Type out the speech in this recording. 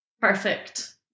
perfect